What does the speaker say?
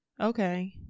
Okay